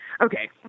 okay